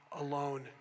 alone